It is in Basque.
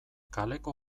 kaleko